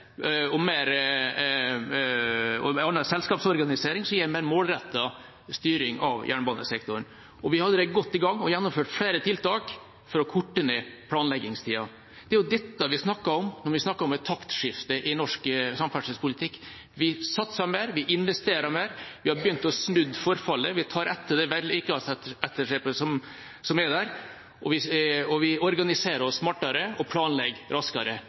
og en annen selskapsorganisering som vil gi en mer målrettet styring av jernbanesektoren. Vi er allerede godt i gang og har gjennomført flere tiltak for å korte ned planleggingstida. Det er jo dette vi snakker om når vi snakker om et taktskifte i norsk samferdselspolitikk. Vi satser mer, vi investerer mer, og vi har begynt å snu forfallet. Vi tar det vedlikeholdsetterslepet som er der. Vi organiserer oss smartere og planlegger raskere.